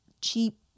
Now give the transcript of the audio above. cheap